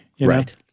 right